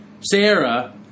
Sarah